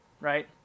right